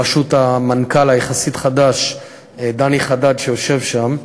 בראשות המנכ"ל היחסית-חדש, דני חדד, שיושב שם,